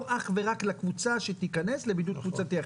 אך ורק לקבוצה שתיכנס לבידוד קבוצתי,